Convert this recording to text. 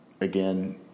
again